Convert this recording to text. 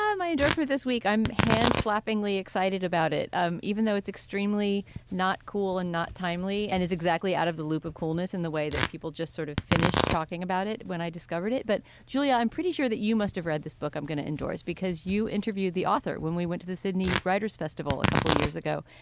my endorsement this week i'm hand flapping li excited about it um even though it's extremely not cool and not timely and is exactly out of the loop of coolness in the way that people just sort of finished talking about it when i discovered it. but julia i'm pretty sure that you must have read this book i'm going to endorse because you interviewed the author when we went to the sydney writers festival a couple of years ago.